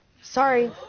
sorry